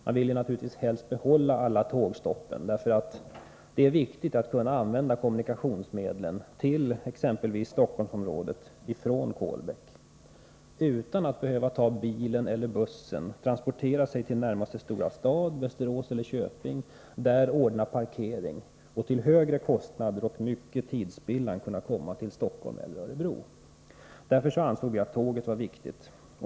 Man ville naturligtvis helst behålla alla tåguppehåll, eftersom det är viktigt att kunna använda kommunikationsmedel till exempelvis Stockholmsområdet från Kolbäck utan att ta bilen eller bussen för att transportera sig till närmaste stora stad, Västerås eller Köping, och där ordna parkering för att till högre kostnader och mycken tidsspillan komma till Stockholm eller Örebro. Därför ansåg vi att tåget är viktigt.